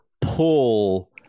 pull